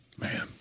Man